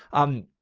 um,